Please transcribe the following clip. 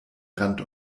rand